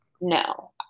No